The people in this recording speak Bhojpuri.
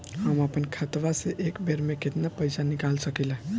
हम आपन खतवा से एक बेर मे केतना पईसा निकाल सकिला?